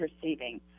perceiving